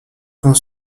quand